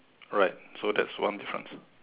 all right so that's one be front